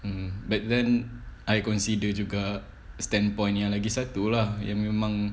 mm back then I consider juga standpoint yang lagi satu lah yang memang